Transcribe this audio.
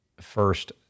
First